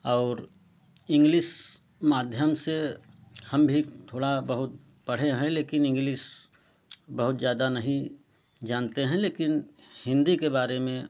और इंग्लिस माध्यम से हम भी थोड़ा बहुत पढ़े हैं लेकिन इंग्लिस बहुत ज़्यादा नहीं जानते हैं लेकिन हिंदी के बारे में